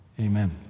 Amen